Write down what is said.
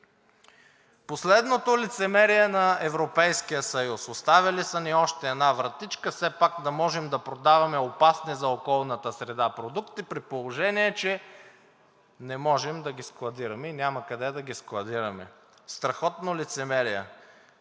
Последното лицемерие на Европейския съюз! Оставили са ни още една вратичка все пак да можем да продаваме опасни за околната среда продукти, при положение че не можем да ги складираме и няма къде да ги складираме. Страхотно лицемерие!